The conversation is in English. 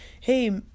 hey